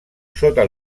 sota